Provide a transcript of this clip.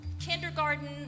kindergarten